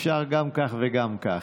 אפשר גם כך וגם כך.